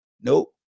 nope